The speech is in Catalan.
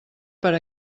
per